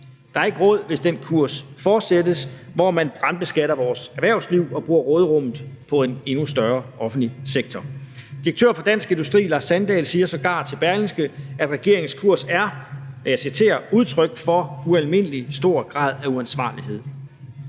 Der er ikke råd, hvis den kurs fortsættes, hvor man brandbeskatter vores erhvervsliv og bruger råderummet på en endnu større offentlig sektor. Direktør for Dansk Industri Lars Sandahl siger sågar til Berlingske, at regeringens kurs er »udtryk for en ualmindelig stor grad af uansvarlighed«.